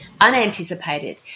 Unanticipated